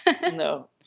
No